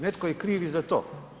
Netko je kriv i za to.